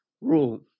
rule